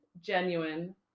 genuine